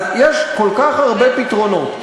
יש כל כך הרבה פתרונות,